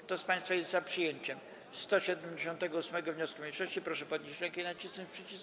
Kto z państwa jest za przyjęciem 178. wniosku mniejszości, proszę podnieść rękę i nacisnąć przycisk.